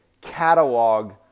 catalog